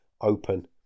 open